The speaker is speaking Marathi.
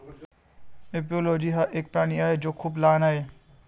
एपिओलोजी हा एक प्राणी आहे जो खूप लहान आहे